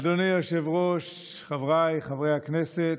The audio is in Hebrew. אדוני היושב-ראש, חבריי חברי הכנסת,